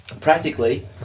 practically